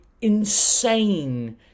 insane